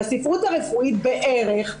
בספרות הרפואית בערך,